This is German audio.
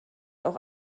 auch